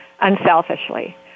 unselfishly